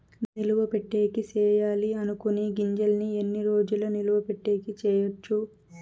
నిలువ పెట్టేకి సేయాలి అనుకునే గింజల్ని ఎన్ని రోజులు నిలువ పెట్టేకి చేయొచ్చు